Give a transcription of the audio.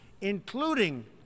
including